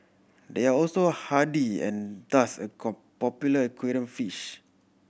they are also hardy and thus a popular aquarium fish